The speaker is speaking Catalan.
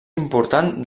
important